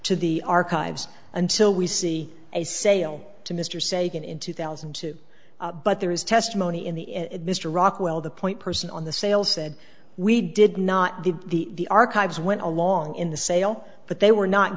to the archives until we see a sale to mr sagan in two thousand and two but there is testimony in the it mr rockwell the point person on the sale said we did not get the archives went along in the sale but they were not